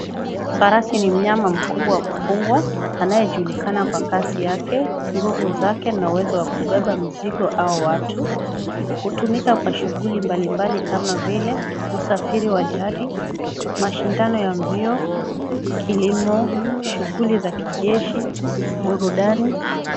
Farasi ni mnyama mkubwa wa kufugwa anayejulikana kwa kasi yake, nguvu zake na kubeba mizigo au watu. Hutumika kwa shughuli mbalimbali kama vile usafiri wa jadi, mashindano ya mbio, kilimo, shughuli za kijeshi, burudani.